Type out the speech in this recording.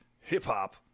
hip-hop